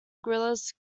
guerrillas